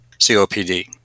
COPD